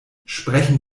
sprechen